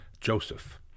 Joseph